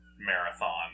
marathon